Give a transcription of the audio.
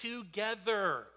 together